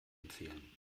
empfehlen